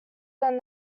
than